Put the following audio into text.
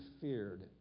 feared